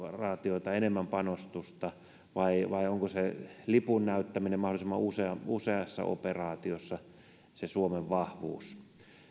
operaatioita enemmän panostusta vai vai onko se lipun näyttäminen mahdollisimman useassa operaatiossa se suomen vahvuus